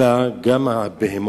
אלא גם בבהמות.